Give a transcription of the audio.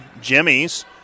Jimmy's